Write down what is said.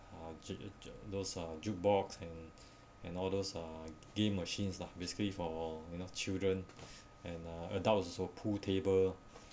j~ those uh juke box and and all those uh game machines lah basically for you know children and adults also pool table